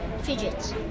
fidgets